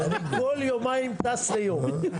כל יומיים טס ליום.